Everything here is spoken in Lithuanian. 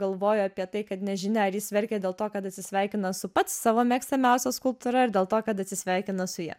galvojo apie tai kad nežinia ar jis verkė dėl to kad atsisveikina su pats savo mėgstamiausia skulptūra ar dėl to kad atsisveikina su ja